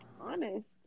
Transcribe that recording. Honest